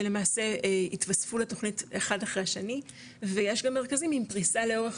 שלמעשה התווספו לתוכנית אחד אחרי השני ויש גם מרכזים עם פריסה לאורך,